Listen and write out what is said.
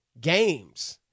games